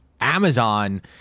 Amazon